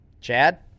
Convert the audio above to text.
Chad